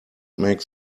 make